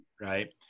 right